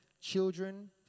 children